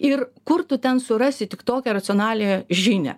ir kur tu ten surasi tik tokią racionalią žinią